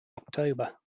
october